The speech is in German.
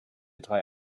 drei